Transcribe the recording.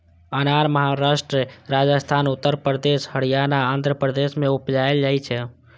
अनार महाराष्ट्र, राजस्थान, उत्तर प्रदेश, हरियाणा, आंध्र प्रदेश मे उपजाएल जाइ छै